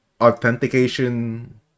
authentication